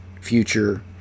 future